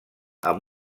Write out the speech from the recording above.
amb